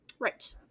Right